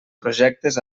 projectes